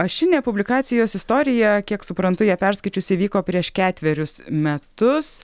ašinė publikacijos istorija kiek suprantu ją perskaičius įvyko prieš ketverius metus